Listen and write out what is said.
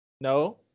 No